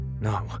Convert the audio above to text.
No